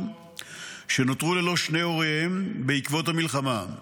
שנותרו ללא שני הוריהם בעקבות המלחמה.